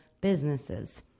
businesses